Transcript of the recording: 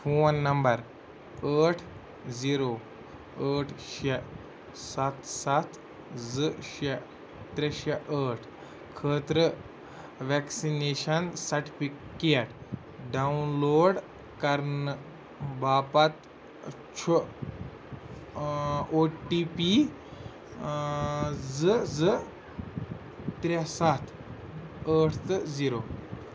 phone number ٲٹھ zero ٲٹھ شیٚے سَتھ سَتھ زٕ شیٚے ترٛےٚ شیٚے ٲٹھ خٲطرٕ ویکسِنیشن سرٹِفکیٹ ڈاوُن لوڈ کرنہٕ باپتھ چھُ او ٹی پی زٕ زٕ ترٛےٚ سَتھ ٲٹھ تہٕ زیٖرو